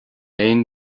aon